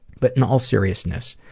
but in all seriousness,